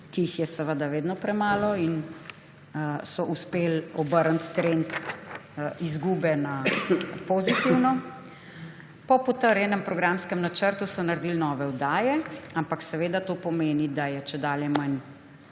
ki jih je seveda vedno premalo in so uspeli obrniti trend izgube na pozitivno. Po potrjenem programskem načrtu so naredili nove oddaje, ampak seveda to pomeni, da je čedalje manj